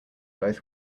both